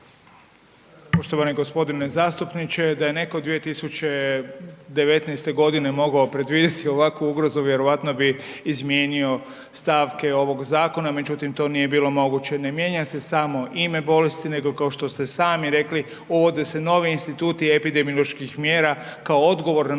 Poštovani g. zastupniče, da je neko 2019.g. mogao predvidjeti ovakvu ugrozu vjerojatno bi izmijenio stavke ovog zakona. Međutim, to nije bilo moguće. Ne mijenja se samo ime bolesti, nego kao što ste sami rekli, uvode se novi instituti epidemioloških mjera kao odgovor na